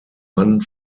mann